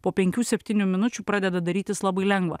po penkių septynių minučių pradeda darytis labai lengva